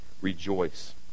rejoice